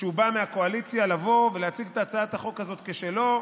שבא מהקואליציה לבוא ולהציג את הצעת החוק הזאת כשלו,